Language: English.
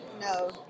no